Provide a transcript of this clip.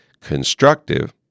constructive